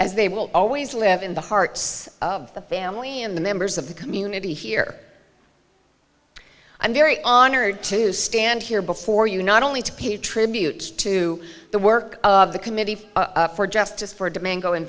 as they will always live in the hearts of the family and the members of the community here i'm very honored to stand here before you not only to pay tribute to the work of the committee for justice for domingo in